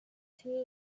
two